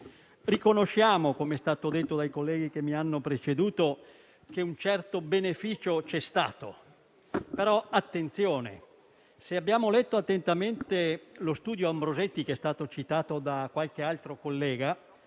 Riconosciamo, come è stato detto dai colleghi che mi hanno preceduto, che un certo beneficio c'è stato, ma attenzione: se abbiamo letto attentamente lo studio Ambrosetti, citato da qualche collega